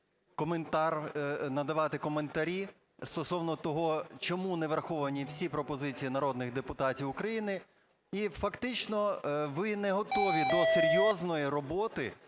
надавати коментарі стосовно того, чому невраховані всі пропозиції народних депутатів України. І фактично ви не готові до серйозної роботи